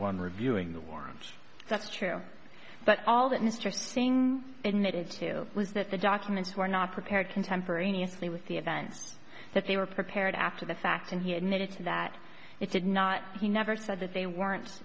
one reviewing the warrant that's true but all that interesting in that is to was that the documents were not prepared contemporaneously with the event that they were prepared after the fact and he admitted that it did not he never said that they weren't